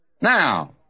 Now